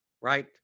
right